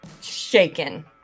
shaken